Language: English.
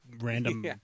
random